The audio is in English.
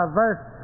verse